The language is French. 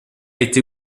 été